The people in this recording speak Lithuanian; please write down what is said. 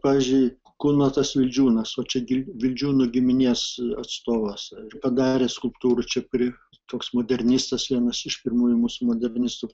pavyzdžiui kunotas vildžiūnas va čia vildžiūnų giminės atstovas padarė skulptūrą čia kuri toks modernistas vienas iš pirmųjų mūsų modernistų